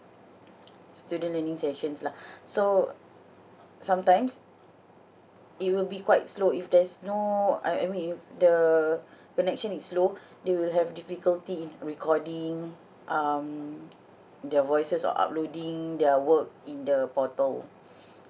student learning sessions lah so sometimes it will be quite slow if there's no I I mean the connection is slow they will have difficulty in recording um their voices or uploading their work in the portal